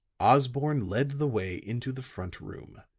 osborne led the way into the front room.